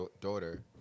daughter